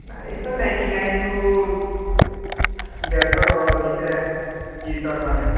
ନାଇଁ sir ninety ନାଇନରୁୁ ଦେଢ଼ଶହ ଭିତରେ ଟି ସାର୍ଟ୍ ମାନେ